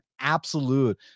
absolute